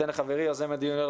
אני אתן לחברי יוזם הדיון,